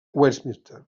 westminster